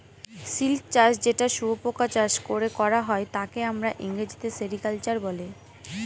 silk চাষ যেটা শুয়োপোকা চাষ করে করা হয় তাকে আমরা ইংরেজিতে সেরিকালচার বলে